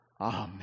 Amen